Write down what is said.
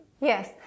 Yes